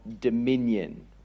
dominion